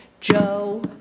Joe